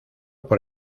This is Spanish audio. por